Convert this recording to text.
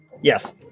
Yes